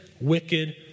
wicked